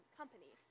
company